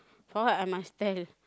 for what I must tell